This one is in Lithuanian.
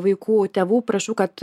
vaikų tėvų prašau kad